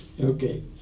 Okay